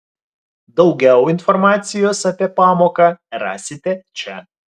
daugiau informacijos apie pamoką rasite čia